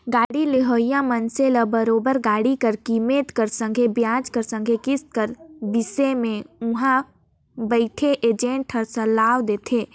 गाड़ी लेहोइया मइनसे ल बरोबेर गाड़ी कर कीमेत कर संघे बियाज कर संघे किस्त कर बिसे में उहां बइथे एजेंट हर सलाव देथे